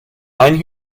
einen